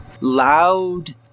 loud